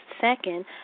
second